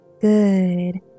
Good